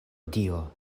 dio